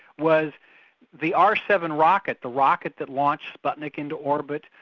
was the r seven rocket, the rocket that launched sputnik into orbit,